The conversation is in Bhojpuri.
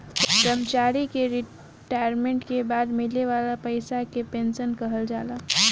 कर्मचारी के रिटायरमेंट के बाद मिले वाला पइसा के पेंशन कहल जाला